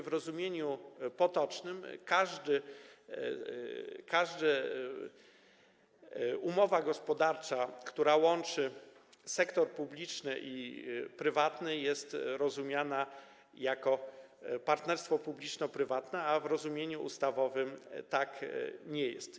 W rozumieniu potocznym każda umowa gospodarcza, która łączy sektor publiczny i prywatny, jest rozumiana jako partnerstwo publiczno-prywatne, a w rozumieniu ustawowym tak nie jest.